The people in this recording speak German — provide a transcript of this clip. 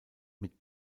mit